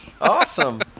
Awesome